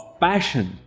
passion